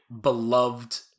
beloved